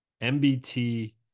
MBT